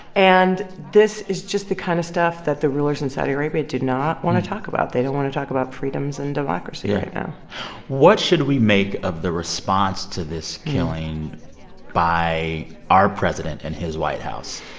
and this is just the kind of stuff that the rulers in saudi arabia do not want to talk about. they don't want to talk about freedoms and democracy. yeah. right now what should we make of the response to this killing by our president and his white house?